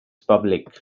public